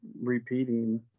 repeating